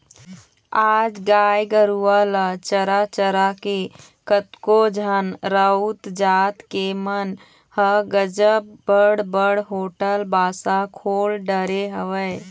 आज गाय गरुवा ल चरा चरा के कतको झन राउत जात के मन ह गजब बड़ बड़ होटल बासा खोल डरे हवय